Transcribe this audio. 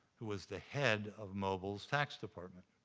who was the head of mobil's tax department.